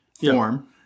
form